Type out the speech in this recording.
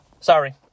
sorry